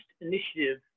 initiative